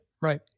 Right